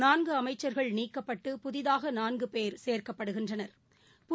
நான்குஅமைச்சள்கள் நீக்கப்பட்டு புதிதாகநான்குபோ் சேர்க்கப்படுகின்றனா்